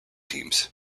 teams